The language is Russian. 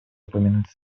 упомянуть